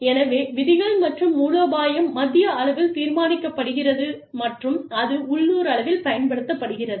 எனவே விதிகள் மற்றும் மூலோபாயம் மத்திய அளவில் தீர்மானிக்கப்படுகிறது மற்றும் அது உள்ளூர் அளவில் பயன்படுத்தப்படுகிறது